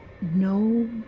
No